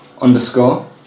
underscore